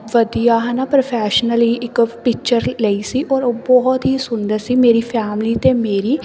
ਵਧੀਆ ਹੈ ਨਾ ਪ੍ਰੋਫੈਸ਼ਨਲੀ ਇੱਕ ਪਿਚਰ ਲਈ ਸੀ ਔਰ ਉਹ ਬਹੁਤ ਹੀ ਸੁੰਦਰ ਸੀ ਮੇਰੀ ਫੈਮਿਲੀ ਅਤੇ ਮੇਰੀ